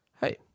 hey